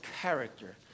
character